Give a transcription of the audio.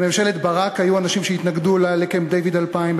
בממשלת ברק היו אנשים שהתנגדו לקמפ-דייוויד 2000,